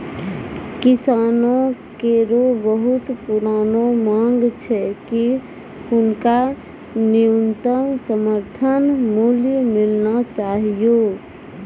किसानो केरो बहुत पुरानो मांग छै कि हुनका न्यूनतम समर्थन मूल्य मिलना चाहियो